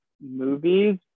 movies